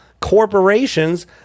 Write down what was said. corporations